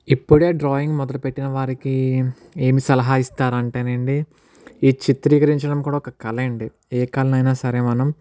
ఇప్పుడే డ్రాయింగ్ మొదలుపెట్టిన వారికీ ఏమి సలహా ఇస్తారు అంటేనా అండి ఈ చిత్రీకరించడం కూడా ఓక కళే అండి ఏ కళనైన సరే మనం